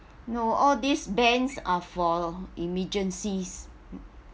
no all these bans are for emergencies